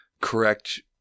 correct